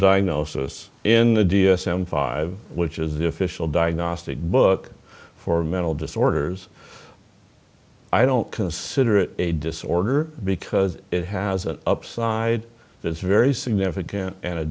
diagnosis in the d s m five which is the official diagnostic book for mental disorders i don't consider it a disorder because it has an upside that's very significant and a